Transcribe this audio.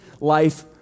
life